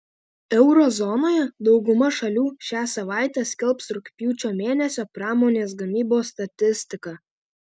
euro zonoje dauguma šalių šią savaitę skelbs rugpjūčio mėnesio pramonės gamybos statistiką